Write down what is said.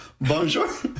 Bonjour